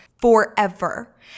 forever